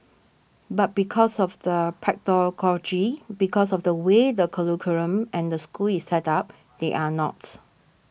but because of the pedagogy because of the way the curriculum and the school is set up they are not